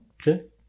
okay